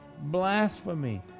blasphemy